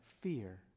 fear